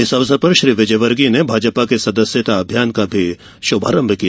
इस अवसर पर श्री विजयवर्गीय ने भाजपा के सदस्यता अभियान का शुभारंभ भी किया